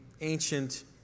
ancient